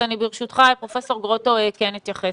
ברשותך, פרופ' גרוטו כן אתייחס.